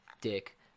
dick